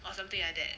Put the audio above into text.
or something like that